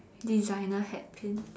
designer hat pins